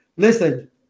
listen